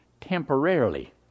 temporarily